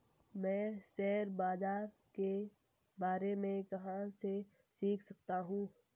मैं शेयर बाज़ार के बारे में कहाँ से सीख सकता हूँ?